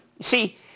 see